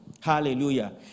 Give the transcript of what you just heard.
Hallelujah